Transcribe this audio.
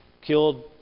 killed